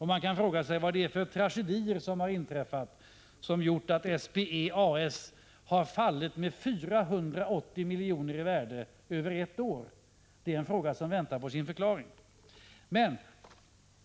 Man kan fråga sig vad det är för tragedier som har inträffat och som har gjort att SPE A/S har fallit med 480 milj.kr. i värde på ett år — detta är något som väntar på sin förklaring.